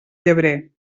llebrer